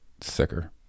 sicker